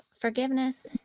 Forgiveness